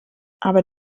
aber